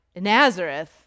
Nazareth